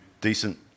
decent